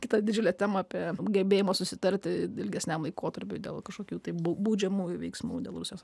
kitą didžiulę temą apie gebėjimą susitarti ilgesniam laikotarpiui dėl kažkokių tai baudžiamųjų veiksmų dėl rusijos